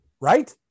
right